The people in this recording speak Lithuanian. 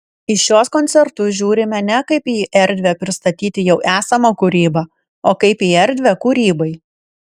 į šiuos koncertus žiūrime ne kaip į erdvę pristatyti jau esamą kūrybą o kaip į erdvę kūrybai